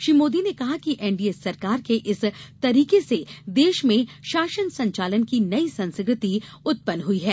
श्री मोदी ने कहा कि एनडीए सरकार के इस तरीके से देश में शासन संचालन की नई संस्कृति उत्पन्न हुई है